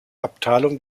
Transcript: abteilung